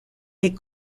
est